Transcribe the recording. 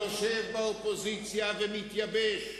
יושב באופוזיציה ומתייבש.